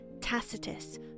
Tacitus